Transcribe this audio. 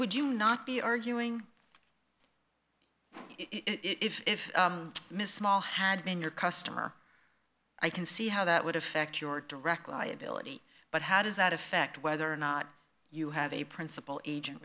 would you not be arguing if miss small had been your customer i can see how that would affect your direct liability but how does that affect whether or not you have a principal